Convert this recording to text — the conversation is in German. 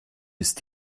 ist